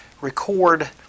record